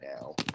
now